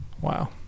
Wow